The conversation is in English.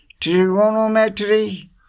trigonometry